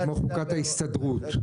זה כמו חוקת ההסתדרות.